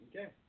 Okay